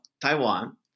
taiwan